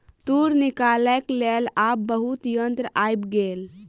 तूर निकालैक लेल आब बहुत यंत्र आइब गेल